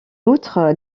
outre